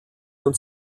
non